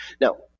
Now